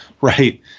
right